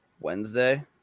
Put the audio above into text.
Wednesday